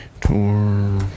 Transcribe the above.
Tour